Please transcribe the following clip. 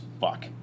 fuck